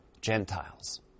Gentiles